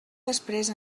després